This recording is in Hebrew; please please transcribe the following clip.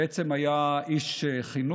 בעצם הוא היה איש חינוך,